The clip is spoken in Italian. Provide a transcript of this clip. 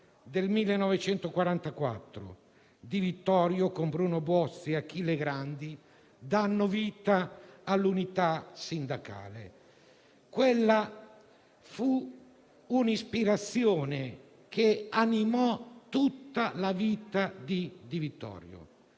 del 1944. Di Vittorio, con Bruno Buozzi e Achille Grandi, dà vita all'unità sindacale. Quella fu un'ispirazione che animò tutta la vita di Di Vittorio: